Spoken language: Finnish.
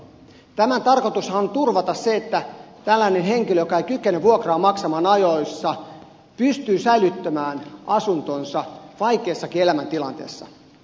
tämän tarkoitushan on turvata se että tällainen henkilö joka ei kykene vuokraa maksamaan ajoissa pystyy säilyttämään asuntonsa vaikeassakin elämäntilanteessa